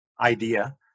idea